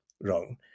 wrong